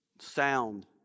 sound